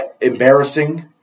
Embarrassing